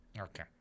Okay